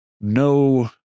no